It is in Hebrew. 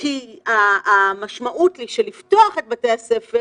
כי המשמעות של לפתוח את בתי הספר